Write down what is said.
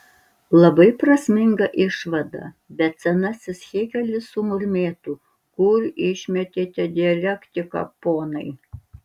labai prasminga išvada bet senasis hėgelis sumurmėtų kur išmetėte dialektiką ponai